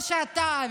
או שאתה,